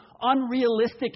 unrealistic